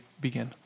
begin